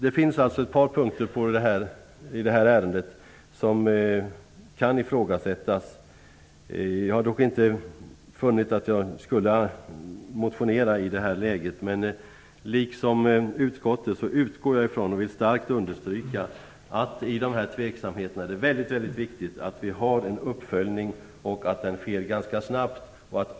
Det finns alltså ett par punkter i det här ärendet som kan ifrågasättas. Jag har dock inte kommit fram till att jag borde ha motionerat i detta läge, men liksom utskottet utgår jag från och vill starkt understryka att det på de tveksamma punkterna är mycket viktigt att vi har en uppföljning och att den sker ganska snabbt.